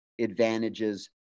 advantages